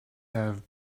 have